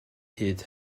hyd